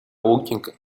looking